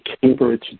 Cambridge